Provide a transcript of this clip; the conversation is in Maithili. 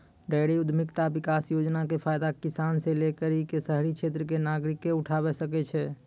डेयरी उद्यमिता विकास योजना के फायदा किसान से लै करि क शहरी क्षेत्र के नागरिकें उठावै सकै छै